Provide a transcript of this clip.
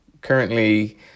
currently